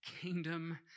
kingdom